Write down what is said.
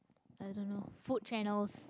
I don't know food channels